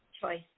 choice